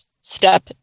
step